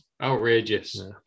Outrageous